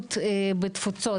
התבוללות בתפוצות.